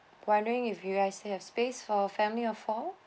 wondering if you guys still have space for family of four